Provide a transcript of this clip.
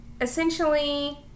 Essentially